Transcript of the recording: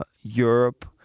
Europe